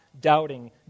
doubting